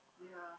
ya